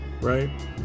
right